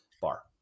bar